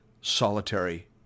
solitary